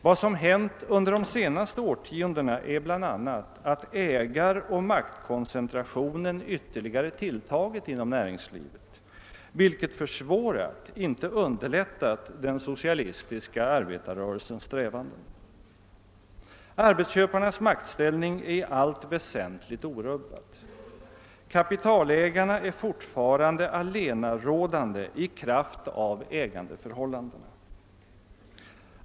Vad som hänt under de senaste årtiondena är bl.a. att ägaroch maktkoncentrationen ytterligare = tilltagit inom näringslivet, vilket försvårat — inte underlättat — den socialistiska arbetarrörelsens strävanden. Arbetsköparnas maktställning är i allt väsentligt orubbad. Kapitalägarna är fortfarande allenarådande i kraft av ägandeförhållandena.